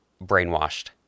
brainwashed